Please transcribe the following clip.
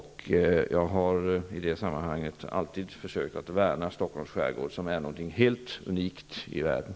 Jag har alltid försökt värna Stockholms skärgård, som är något helt unikt i världen.